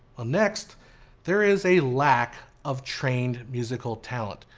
ah next there is a lack of trained musical talent.